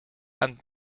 and